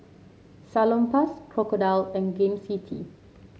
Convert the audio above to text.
Salonpas Crocodile and Gain City